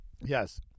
Yes